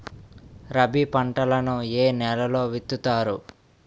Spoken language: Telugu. రబీ పంటలను ఏ నెలలో విత్తుతారు?